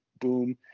boom